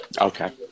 okay